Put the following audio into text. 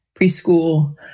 preschool